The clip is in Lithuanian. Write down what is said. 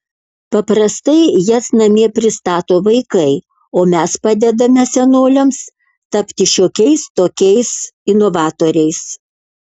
paprastai jas namie pristato vaikai o mes padedame senoliams tapti šiokiais tokiais inovatoriais